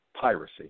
piracy